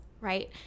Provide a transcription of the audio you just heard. right